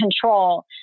control